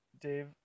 Dave